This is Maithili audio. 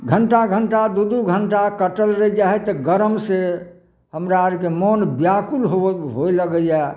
घंटा घंटा दू दू घंटा कटल रहि जाइ हइ से गरम से हमरा आरके मोन ब्याकुल हो होइ लगैया